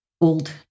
old